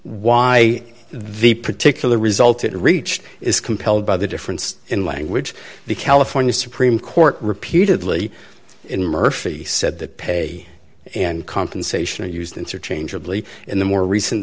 why the particular result it reached is compelled by the difference in language the california supreme court repeatedly in murphy said that pay and compensation are used interchangeably in the more recent